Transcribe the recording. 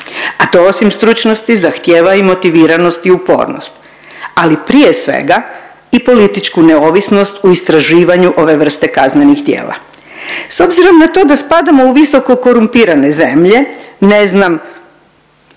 a to osim stručnosti zahtijeva i motiviranost i upornost, ali prije svega i političku neovisnost u istraživanju ove vrste kaznenih djela. S obzirom na to da spadamo u visoko korumpirane zemlje, ne znam